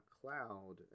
Cloud